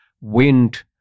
Wind